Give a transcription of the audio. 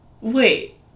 Wait